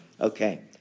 Okay